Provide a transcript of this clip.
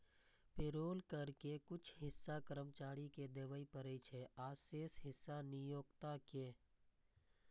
payroll कर के कुछ हिस्सा कर्मचारी कें देबय पड़ै छै, आ शेष हिस्सा नियोक्ता कें